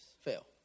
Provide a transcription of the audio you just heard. fail